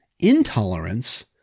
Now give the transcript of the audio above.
Intolerance